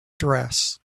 dress